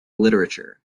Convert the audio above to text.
literature